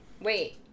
wait